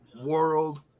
World